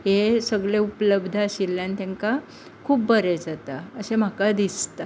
हे सगलें उपलब्ध आशिल्ल्यान तेंका खूब बरें जाता अशें म्हाका दिसता